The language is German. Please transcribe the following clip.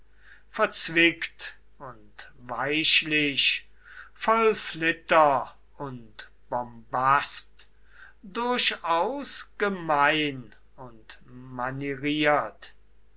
verzwickt und weichlich voll flitter und bombast durchaus gemein und manieriert